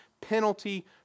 penalty